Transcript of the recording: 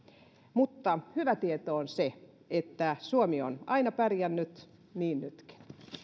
mutta hyvä tieto on se että suomi on aina pärjännyt niin nytkin